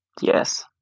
Yes